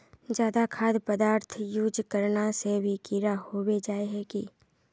ज्यादा खाद पदार्थ यूज करना से भी कीड़ा होबे जाए है की?